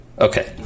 Okay